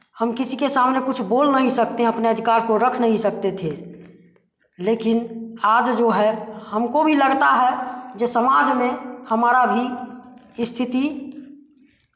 हम किसी के सामने कुछ बोल नहीं सकते हैं अपने अधिकार को रख नही सकते थे लेकिन आज जो है हमको भी लगता है जे समाज में हमारा भी स्थिति